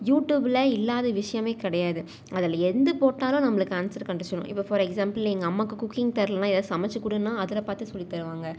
யூட்டூபில் இல்லாத விஷயமே கிடையாது அதில் எது போட்டாலும் நம்மளுக்கு ஆன்சர் கிடச்சிரும் இப்போ ஃபார் எக்ஸ்சாம்பிள் எங்கள் அம்மாவுக்கு குக்கிங் தெரியலன்னா எதாது சமைத்து கொடுன்னா அதில் பார்த்து சொல்லித்தருவாங்க